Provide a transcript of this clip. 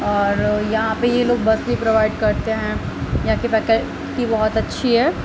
اور یہاں پہ یہ لوگ بس بھی پروائڈ کرتے ہیں یہاں کی فیکلٹی بہت اچھی ہے